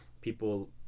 people